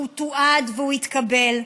שהוא תועד והוא התקבל.